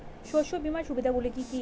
শস্য বিমার সুবিধাগুলি কি কি?